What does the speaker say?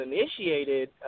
initiated